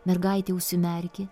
mergaitė užsimerkė